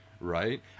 right